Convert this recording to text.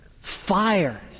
fire